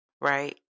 right